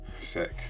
Sick